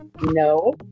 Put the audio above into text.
No